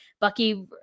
Bucky